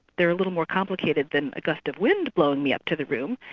they're a little more complicated than a gust of wind blowing me up to the room.